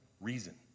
reason